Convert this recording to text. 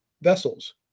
vessels